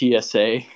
TSA